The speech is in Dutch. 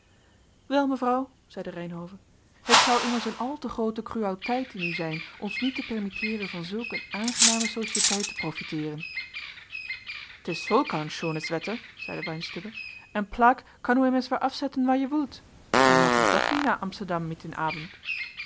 wel mevrouw zeide reynhove t zou immers een al te groote cruauteit in u zijn ons niet te permitteeren van zulk een aangename sociëteit te profiteeren t is solk aen schones wetter zeide weinstübe en plaek kan oe immers weer afzetten waar je woelt we motten toch weer nach amsterdam mit ten abend